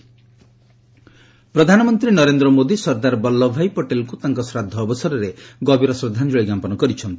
PM Patel ପ୍ରଧାନମନ୍ତ୍ରୀ ନରେନ୍ଦ୍ର ମୋଦି ସର୍ଦ୍ଦାର ବଲ୍ଲଭ ଭାଇ ପଟେଲଙ୍କୁ ତାଙ୍କ ଶ୍ରାଦ୍ଧ ଅବସରରେ ଗଭୀର ଶ୍ରଦ୍ଧାଞ୍ଚଳି ଜ୍ଞାପନ କରିଛନ୍ତି